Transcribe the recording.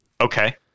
Okay